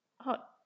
hot